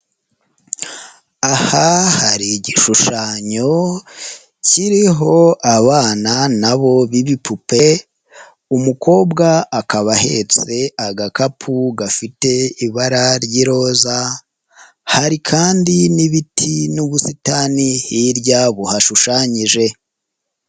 Aha hari igishushanyo kiriho abana na bo bibipupe, umukobwa akaba ahetse agakapu gafite ibara ry'iroza hari kandi n'ibiti n'ubusitani hirya buhashushanyije.